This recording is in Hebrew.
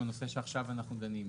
הנושא שעכשיו אנחנו דנים בו.